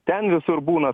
ten visur būna